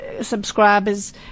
subscriber's